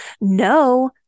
No